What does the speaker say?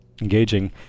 engaging